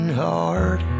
hard